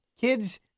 Kids